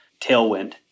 tailwind